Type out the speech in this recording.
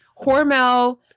hormel